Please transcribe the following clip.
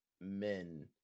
men